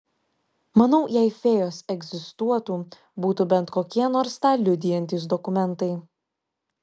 manau jei fėjos egzistuotų būtų bent kokie nors tą liudijantys dokumentai